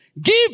give